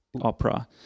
opera